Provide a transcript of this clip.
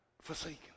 forsaken